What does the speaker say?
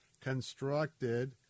constructed